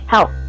Help